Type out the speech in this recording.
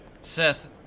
Seth